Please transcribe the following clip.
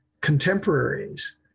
contemporaries